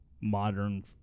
modern